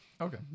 Okay